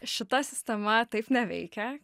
šita sistema taip neveikia